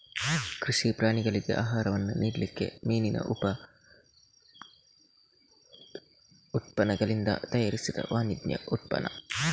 ಕೃಷಿ ಪ್ರಾಣಿಗಳಿಗೆ ಆಹಾರವನ್ನ ನೀಡ್ಲಿಕ್ಕೆ ಮೀನಿನ ಉಪ ಉತ್ಪನ್ನಗಳಿಂದ ತಯಾರಿಸಿದ ವಾಣಿಜ್ಯ ಉತ್ಪನ್ನ